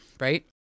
Right